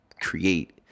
create